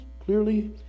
clearly